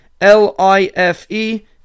L-I-F-E